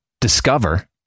discover